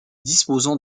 disposant